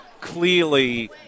clearly